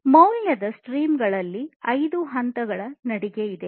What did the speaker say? ಮೌಲ್ಯದ ಸ್ಟ್ರೀಮ್ ಗಳಲ್ಲಿ ಐದು ಹಂತಗಳ ನಡಿಗೆ ಇದೆ